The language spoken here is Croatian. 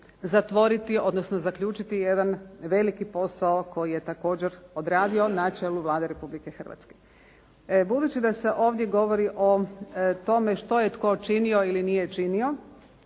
zatvoriti odnosno zaključiti jedan veliki posao koji je također odradio na čelu Vlade Republike Hrvatske. Budući da se ovdje govori o tome što je tko činio ili nije činio